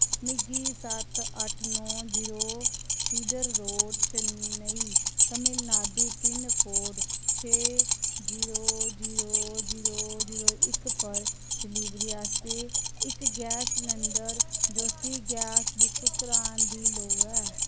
मिगी सत्त अट्ठ नौ जीरो सीडर रोड़ चेन्नई तमिलनाडु पिनकोड छे जीरो जीरो जीरो जीरो इक पर डलीवरी आस्तै इक gas cylinder Jyoti gas book करान दी लोड़ ऐ